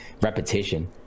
repetition